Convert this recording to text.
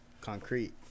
concrete